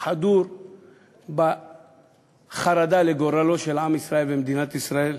חדור בחרדה לגורל עם ישראל ומדינת ישראל,